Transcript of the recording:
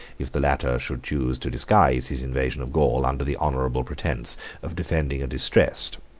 if the latter should choose to disguise his invasion of gaul under the honorable pretence of defending a distressed,